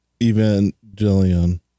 Evangelion